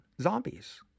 zombies